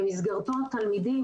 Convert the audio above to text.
במסגרתו התלמידים,